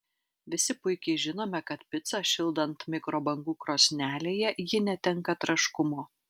visi puikiai žinome kad picą šildant mikrobangų krosnelėje ji netenka traškumo